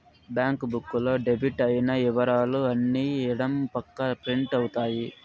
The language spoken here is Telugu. బ్యాంక్ బుక్ లో డెబిట్ అయిన ఇవరాలు అన్ని ఎడం పక్క ప్రింట్ అవుతాయి